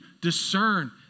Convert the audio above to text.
discern